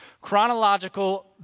Chronological